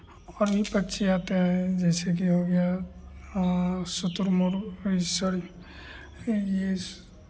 और भी पक्षी आते हैं जैसे कि हो गया शुतुरमुर्ग ये